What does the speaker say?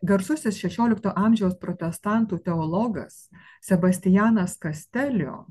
garsusis šešiolikto amžiaus protestantų teologas sebastianas kastelio